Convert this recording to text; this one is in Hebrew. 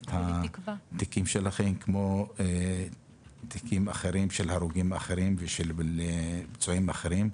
התיקים שלכם כמו תיקים אחרים של הרוגים ופצועים אחרים.